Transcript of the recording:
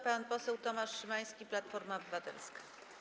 Pan poseł Tomasz Szymański, Platforma Obywatelska.